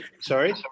Sorry